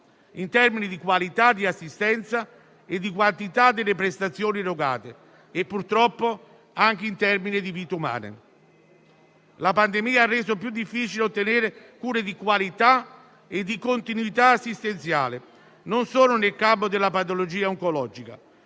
in termini di qualità di assistenza e di quantità delle prestazioni erogate e, purtroppo, di vite umane. La pandemia ha reso più difficile ottenere cure di qualità e di continuità assistenziale non solo nel campo della patologia oncologica.